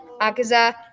Akaza